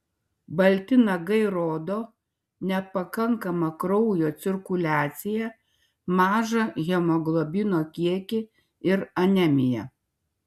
balti nagai rodo nepakankamą kraujo cirkuliaciją mažą hemoglobino kiekį ir anemiją